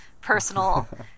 personal